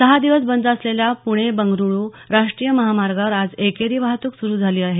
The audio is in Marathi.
सहा दिवस बंद असलेल्या पुणे बंगळुरु राष्ट्रीय महामार्गावर आज एकेरी वाहतूक सुरु झाली आहे